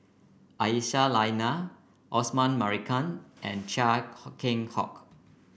Aisyah Lyana Osman Merican and Chia Keng Hock